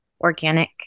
organic